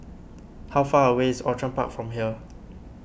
how far away is Outram Park from here